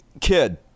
kid